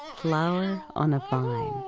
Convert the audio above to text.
flower on a vine.